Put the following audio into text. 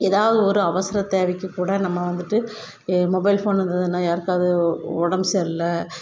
ஏதாவது ஒரு அவசர தேவைக்கு கூட நம்ம வந்துட்டு ஏ மொபைல் ஃபோன் இருந்ததுன்னா யாருக்காவது உடம்பு சரியில்லை